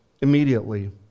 immediately